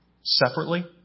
separately